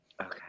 Okay